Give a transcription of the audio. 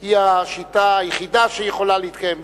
היא השיטה היחידה שיכולה להתקיים בישראל.